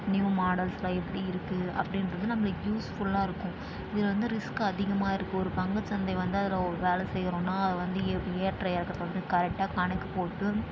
new மாடல்ஸில் எப்படி இருக்கு அப்படின்றது நம்பளுக்கு யூஸ்ஃபுல்லாக இருக்கும் இதில் வந்து ரிஸ்க்கு அதிகமாக இருக்கும் ஒரு பங்கு சந்தை வந்து அதில் ஒரு வேலை செய்யிறோம்னா அதில் வந்து ஏற்ற இறக்கத்துக்கு கரெக்டாக கணக்கு போட்டு